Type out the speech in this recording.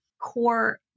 core